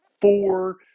four